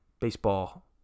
baseball